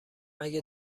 مگه